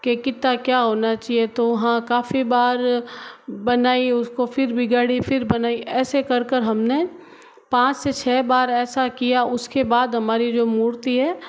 कि कितना क्या होना चाहिए तो हाँ काफी बार बनाई उसको फिर बिगाड़ी फिर बनाई ऐसे कर कर हमने पाँच से छः बार ऐसा किया उसके बाद हमारी जो मूर्ति है